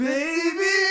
Baby